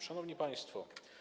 Szanowni Państwo!